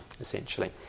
essentially